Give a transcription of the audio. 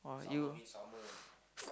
!wah! you